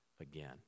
again